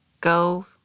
go